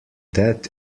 that